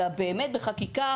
אלא באמת בחקיקה.